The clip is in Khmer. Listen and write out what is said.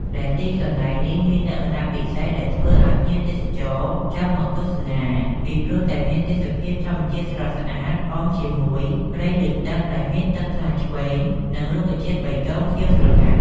ដែលទីកន្លែងនេះមានលក្ខណៈពិសេសដែលធ្វើឲ្យភ្ញៀវទេសចរចង់មកទស្សនាពីព្រោះតែមានទេសភាពធម្មជាតិស្រស់ស្អាតអមជាមួយព្រៃលិចទឹកដែលមានទឹកថ្លាឈ្វេងនិងរុក្ខជាតិបៃតងខៀវស្រងាត់។